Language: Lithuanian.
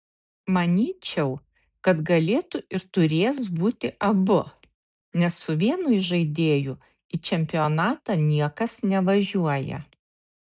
manyčiau kad galėtų ir turės būti abu nes su vienu įžaidėju į čempionatą niekas nevažiuoja